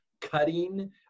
cutting